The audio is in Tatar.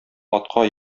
атка